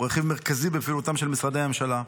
הוא רכיב מרכזי בפעילותם של משרדי הממשלה.